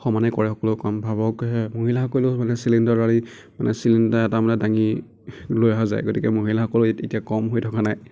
সমানে কৰে সকলো কাম ভাবক মহিলাসকলেও মানে চিলিণ্ডাৰৰ সেই মানে চিলিণ্ডাৰ এটা মানে দাঙি লৈ অহা যায় গতিকে মহিলাসকলো এতিয়া কম হৈ থকা নাই